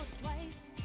twice